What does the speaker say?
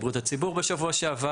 שר הבריאות?